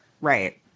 Right